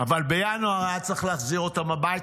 אבל בינואר היה צריך להחזיר אותם הביתה.